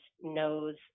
knows